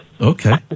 Okay